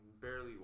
barely